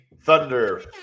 Thunder